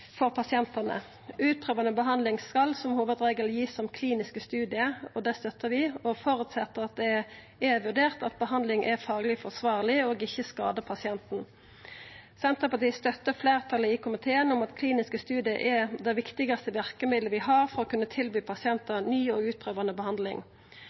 for pasientane. Utprøvande behandling skal som hovudregel givast som kliniske studiar og føreset at det er vurdert at behandlinga er fagleg forsvarleg og ikkje skader pasienten. Senterpartiet støttar fleirtalet i komiteen i at kliniske studiar er det viktigaste verkemiddelet vi har for å kunne tilby